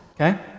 okay